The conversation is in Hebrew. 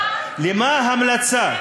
למה המלצה?